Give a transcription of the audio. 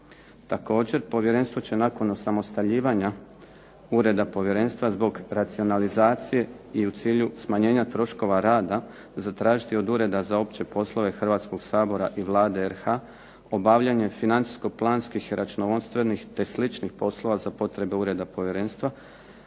Također, povjerenstvo će nakon osamostaljivanja ureda povjerenstva zbog racionalizacije i u cilju smanjenja troškova rada zatražiti od Ureda za opće poslove Hrvatskog sabora i Vlade RH obavljanje financijsko-planskih, računovodstvenih te sličnih poslova za potrebe ureda povjerenstva